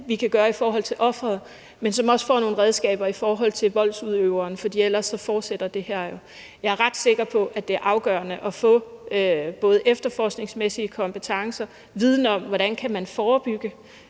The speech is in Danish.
vi kan gøre i forhold til offeret, men som også får nogle redskaber i forhold til voldsudøveren, for ellers fortsætter det her jo. Jeg er ret sikker på, at det er afgørende at få både efterforskningsmæssige kompetencer og viden om, hvordan man kan forebygge